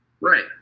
Right